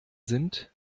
sind